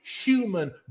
human